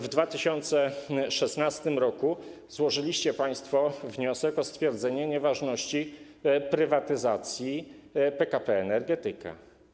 W 2016 r. złożyliście państwo wniosek o stwierdzenie nieważności prywatyzacji spółki PKP Energetyka.